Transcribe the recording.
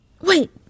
wait